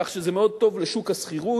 כך שזה מאוד טוב לשוק השכירות,